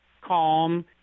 calm